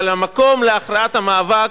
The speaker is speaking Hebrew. אבל המקום להכרעת המאבק,